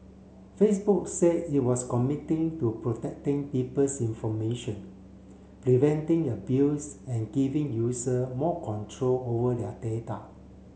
Facebook say it was committing to protecting people's information preventing abuse and giving user more control over their data